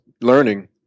learning